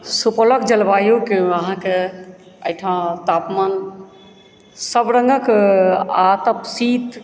सुपौलक जलवायुके आहाँके एहिठाम तापमान सब रंगके आ तपशीत